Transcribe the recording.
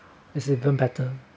is even better uh